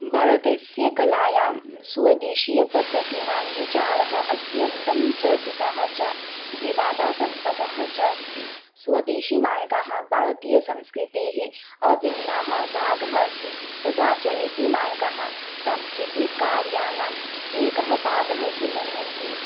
भारतस्य कलायां स्वदेशीयपद्धतीनां विचारः अत्यन्तं चर्चिताः च विवादसम्पदः च अस्ति स्वदेशिमार्गाः भारतीयसंस्कृतेः अभिन्नाः भागः अस्ति तथा च एते मार्गाः सांस्कृतिककार्याणाम् एकः भागः इति मन्यन्ते